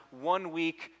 one-week